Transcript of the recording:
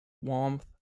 warmth